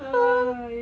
!hais!